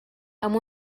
amb